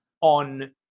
on